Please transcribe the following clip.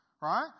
right